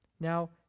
Now